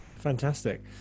Fantastic